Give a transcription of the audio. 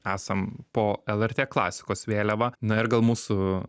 esam po lrt klasikos vėliava na ir gal mūsų